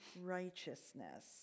righteousness